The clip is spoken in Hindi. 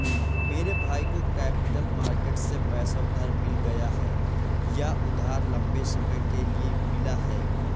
मेरे भाई को कैपिटल मार्केट से पैसा उधार मिल गया यह उधार लम्बे समय के लिए मिला है